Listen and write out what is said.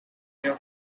your